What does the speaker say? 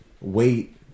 wait